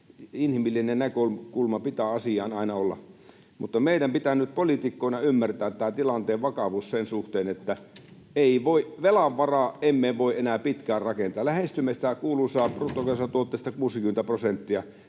Inhimillinen näkökulma pitää asiaan aina olla. Mutta meidän pitää nyt poliitikkoina ymmärtää tämän tilanteen vakavuus sen suhteen, että velan varaan emme voi enää pitkään rakentaa. Lähestymme sitä kuuluisaa 60:tä prosenttia